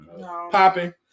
Popping